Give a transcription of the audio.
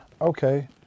Okay